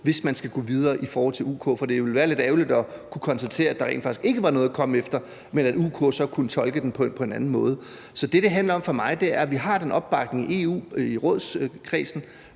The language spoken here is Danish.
hvis man skal gå videre i forhold til UK. For det ville være lidt ærgerligt at kunne konstatere, at der rent faktisk ikke var noget at komme efter, men at UK så kunne tolke det på en anden måde. Så det, det handler om for mig, er, at vi har den opbakning i EU, i rådskredsen,